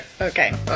Okay